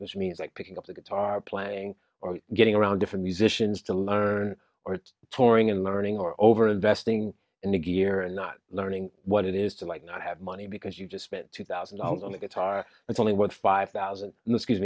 which means like picking up a guitar playing or getting around different musicians to learn or touring and learning or over investing in the gear and not learning what it is to like not have money because you just spent two thousand dollars on the guitar that's only worth five thousand and this gives